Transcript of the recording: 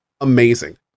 amazing